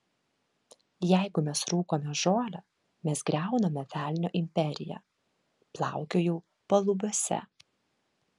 jeigu mes rūkome žolę mes griauname velnio imperiją plaukiojau palubiuose